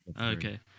Okay